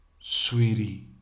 Sweetie